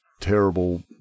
terrible